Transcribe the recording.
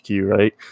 right